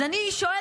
אז אני שואלת,